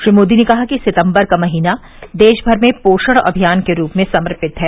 श्री मोदी ने कहा कि सितम्बर का महीना देशभर में पोषण अभियान के रूप में समर्पित है